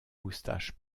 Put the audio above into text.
moustaches